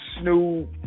Snoop